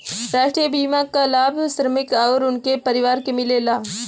राष्ट्रीय बीमा क लाभ श्रमिकन आउर उनके परिवार के मिलेला